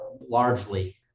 largely